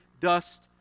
dust